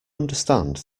understand